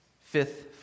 Fifth